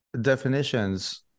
definitions